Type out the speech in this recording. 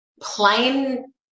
plain